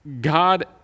God